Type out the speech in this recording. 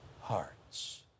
hearts